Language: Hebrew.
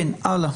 כן, הלאה.